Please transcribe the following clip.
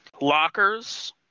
Lockers